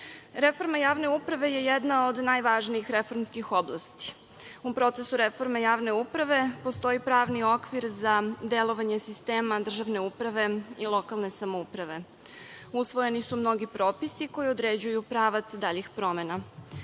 uprave. Reforma javne uprave je jedna od najvažnijih reformskih oblasti. U procesu reforme javne uprave postoji pravni okvir za delovanje sistema državne uprave i lokalne samouprave. Usvojeni su mnogi propisi koji određuju pravac daljih promena.